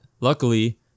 luckily